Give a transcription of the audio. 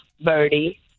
Birdie